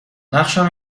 نقشم